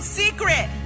secret